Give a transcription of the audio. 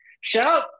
Shout